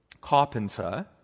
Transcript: carpenter